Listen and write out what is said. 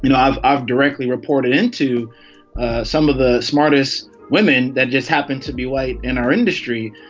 you know i've i've directly reported into some of the smartest women that just happen to be white in our industry.